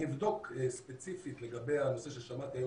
אני אבדוק ספציפית לגבי הנושא ששמעתי היום